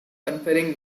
conferring